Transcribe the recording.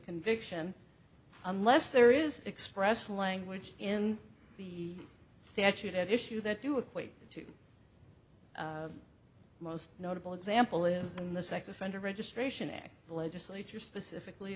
conviction unless there is express language in the statute at issue that you equate to most notable example is the in the sex offender registration act the legislature specifically